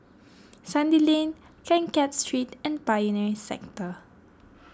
Sandy Lane Keng Kiat Street and Pioneer Sector